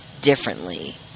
differently